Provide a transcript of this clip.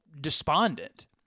despondent